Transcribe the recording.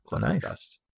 Nice